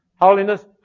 Holiness